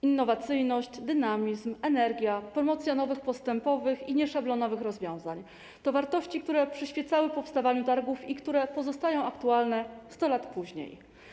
Innowacyjność, dynamizm, energia, promocja nowych, postępowych i nieszablonowych rozwiązań to wartości, które przyświecały powstawaniu targów i które pozostają aktualne 100 lat później.